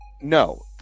No